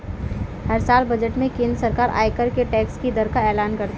हर साल बजट में केंद्र सरकार आयकर के टैक्स की दर का एलान करती है